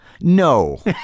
No